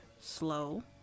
slow